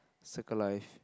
circle life